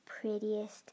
prettiest